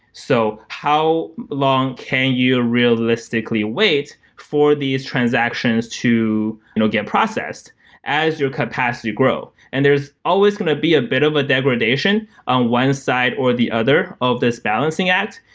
so how long can you realistically wait for these transactions to you know get processed as your capacity grow? and there's always going to be a bit of a degradation on side or the other of this balancing act.